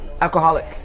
alcoholic